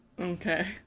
Okay